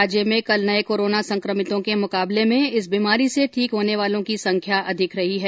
राज्य में कल नये कोरोना संकमितों के मुकाबले में इस बीमारी से ठीक होने वालों की संख्या अधिक रही हैं